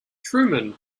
truman